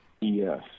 Yes